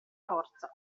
forza